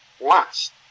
last